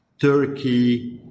Turkey